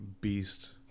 beast